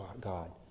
God